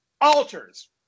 altars